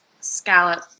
scallop